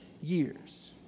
years